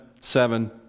seven